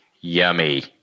Yummy